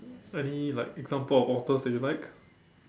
any like example of authors that you like